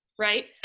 right.